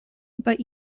but